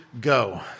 go